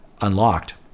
unlocked